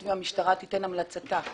כותבים שהמשטרה תיתן את המלצתה.